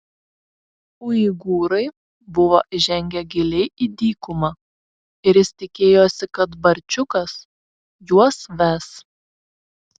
uigūrai buvo įžengę giliai į dykumą ir jis tikėjosi kad barčiukas juos ves